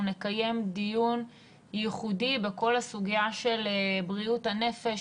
אנחנו נקיים דיון ייחודי בכל הסוגיה של בריאות הנפש,